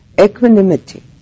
Equanimity